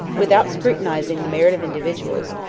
without scrutinizing the merit of individuals,